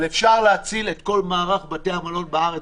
אבל אפשר להציל את כל מערך בתי המלון בארץ